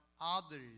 others